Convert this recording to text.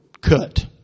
cut